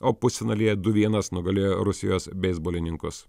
o pusfinalyje du vienas nugalėjo rusijos beisbolininkus